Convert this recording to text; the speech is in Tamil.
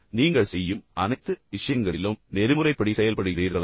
நீங்கள் செய்யும் அனைத்து விஷயங்களிலும் நீங்கள் நெறிமுறைப்படி செயல்படுகிறீர்களா